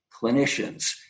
clinicians